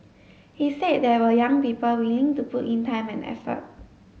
he said there were young people willing to put in time and effort